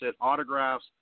autographs